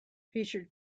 featured